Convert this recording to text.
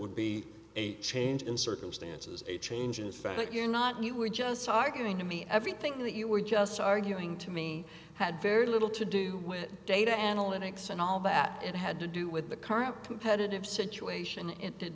would be a change in circumstances a change in fact that you're not you were just arguing to me everything that you were just arguing to me had very little to do with data analytics and all that it had to do with the current competitive situation in did